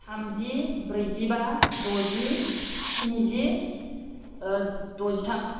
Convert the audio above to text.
थामजि ब्रैजिबा द'जि स्निजि द'जिथाम